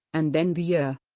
and then the year